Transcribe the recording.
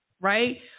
right